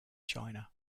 china